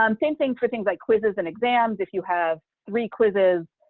um same thing for things like quizzes and exams. if you have three quizzes,